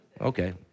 Okay